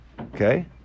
okay